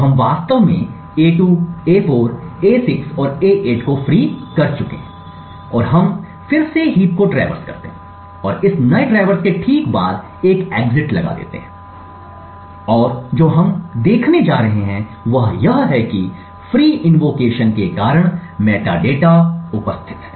तो हम वास्तव में हम a2 a4 a6 और a8 को फ्री कर चुके हैं और हम फिर से हीप को ट्रैवर्स करते हैं और इस नए ट्रैवर्स के ठीक बाद एक एग्जिट लगा देते हैं और जो हम देखने जा रहे हैं वह यह है कि फ्री इन्वोकेशन के कारण मेटाडाटा उपस्थित है